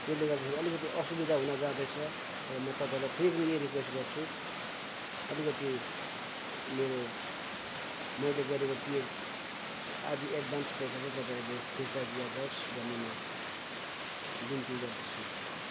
त्यसले गर्दाखेरि अलिकति असुविधा हुन जाँदैछ र म तपाईँहरूलाई फेरि पनि यही रिक्वेस्ट गर्छु अलिकति मेरो मैले गरेको पे आधा एडभान्स पैसा चाहिँ तपाईँहरूले फिर्ता दियाजावस् भनी म बिन्ती गर्दछु